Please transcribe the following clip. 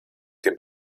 dem